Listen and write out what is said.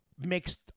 Mixed